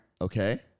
Okay